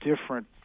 different